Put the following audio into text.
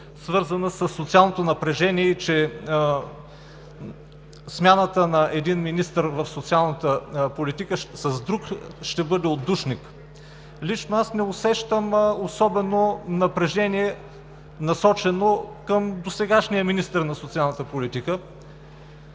свързано със социалното напрежение и че смяната на един министър в социалната политика с друг ще бъде отдушник. Лично аз не усещам особено напрежение, насочено към досегашния министър на социалната политика.